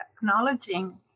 acknowledging